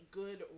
good